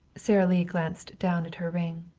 sara lee glanced down at her ring.